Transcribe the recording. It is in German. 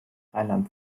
rheinland